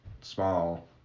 small